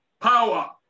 power